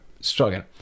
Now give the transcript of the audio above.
struggling